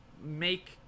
make